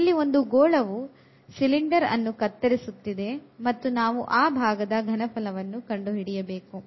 ಇಲ್ಲಿ ಒಂದು ಗೋಳವೂ ಒಂದು ಸಿಲೆಂಡರ್ ಅನ್ನು ಕತ್ತರಿಸುತ್ತಿದೆ ಮತ್ತು ನಾವು ಆ ಭಾಗದ ಘನಫಲವನ್ನು ಕಂಡುಹಿಡಿಯಬೇಕು